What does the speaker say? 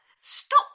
stop